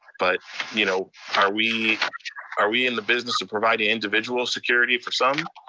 but you know are we are we in the business of providing individual security for some,